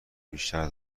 بیشتر